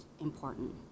important